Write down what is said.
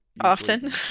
Often